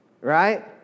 right